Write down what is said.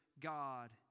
God